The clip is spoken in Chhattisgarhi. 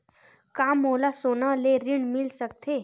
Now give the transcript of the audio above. का मोला सोना ले ऋण मिल सकथे?